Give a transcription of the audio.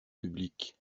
public